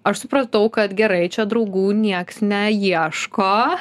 aš supratau kad gerai čia draugų nieks neieško